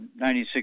96